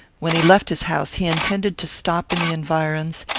when he left his house, he intended to stop in the environs,